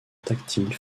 tactile